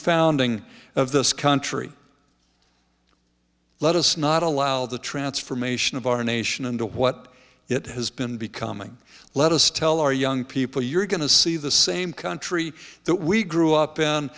founding of this country let us not allow the transformation of our nation into what it has been becoming let us tell our young people you're going to see the same country that we grew up in